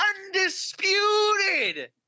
undisputed